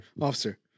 officer